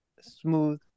Smooth